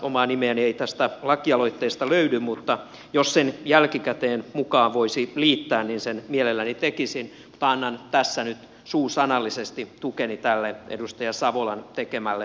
omaa nimeäni ei tästä lakialoitteesta löydy mutta jos sen jälkikäteen mukaan voisi liittää niin sen mielelläni tekisin mutta annan tässä nyt suusanallisesti tukeni tälle edustaja savolan tekemälle aloitteelle